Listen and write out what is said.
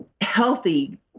healthy